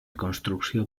construcció